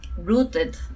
rooted